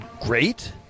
great